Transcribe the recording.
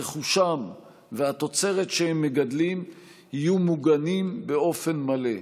רכושם והתוצרת שהם מגדלים יהיו מוגנים באופן מלא.